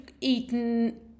eaten